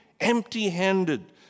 empty-handed